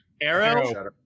Arrow